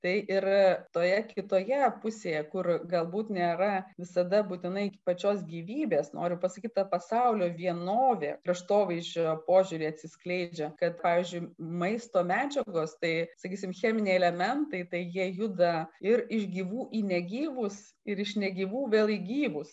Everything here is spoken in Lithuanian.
tai ir toje kitoje pusėje kur galbūt nėra visada būtinai pačios gyvybės noriu pasakyt ta pasaulio vienovė kraštovaizdžio požiūriu atsiskleidžia kad pavyzdžiui maisto medžiagos tai sakysim cheminiai elementai tai jie juda ir iš gyvų į negyvus ir iš negyvų vėl į gyvus